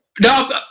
no